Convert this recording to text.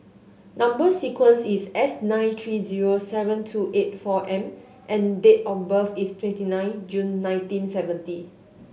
number sequence is S nine three zero seven two eight four M and date of birth is twenty nine June nineteen seventy